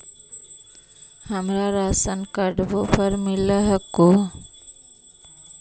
हमरा राशनकार्डवो पर मिल हको?